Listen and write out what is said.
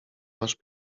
masz